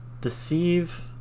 deceive